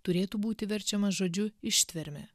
turėtų būti verčiamas žodžiu ištverme